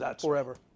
forever